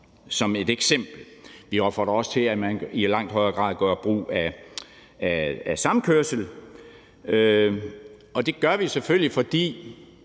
som et eksempel. Vi opfordrer også til, at man i langt højere grad gør brug af samkørsel, og det gør vi selvfølgelig, fordi